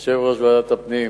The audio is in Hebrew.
יושב-ראש ועדת הפנים,